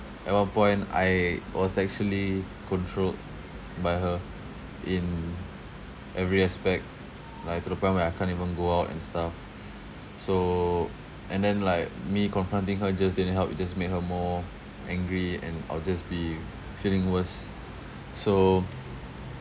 at one point I was actually controlled by her in every aspect like to the point where I can't even go out and stuff so and then like me confronting her just didn't help it just made her more angry and I'll just be feeling worse so